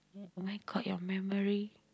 oh my god your memory